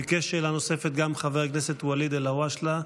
ביקש שאלה נוספת גם חבר הכנסת ואליד אלהואשלה.